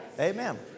Amen